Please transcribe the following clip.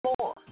more